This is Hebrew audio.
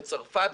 צרפת,